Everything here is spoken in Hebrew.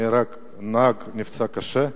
נהג נפצע קשה,